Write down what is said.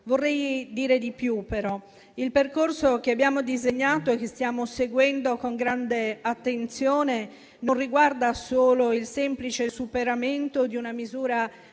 però dire di più. Il percorso che abbiamo disegnato e che stiamo seguendo con grande attenzione non riguarda solo il semplice superamento di una misura